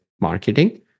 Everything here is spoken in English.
marketing